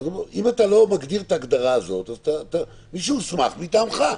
לא מגדיר את ההגדרה הזו -- -מי שהוסמך מטעמך.